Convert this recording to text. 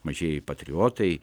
mažieji patriotai